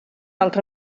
altra